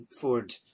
Ford